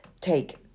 take